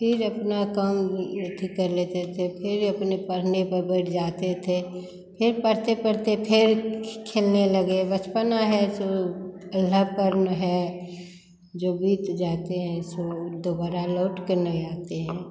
फिर अपना काम अथि कर लेते थे फिर अपने पढ़ने पर बैठ जाते थे फिर पढ़ते पढ़ते फिर खेलने लगे बचपना है सो अल्हाड़पन है जो बीत जाते हैं सो दोबारा लौट कर नहीं आते हैं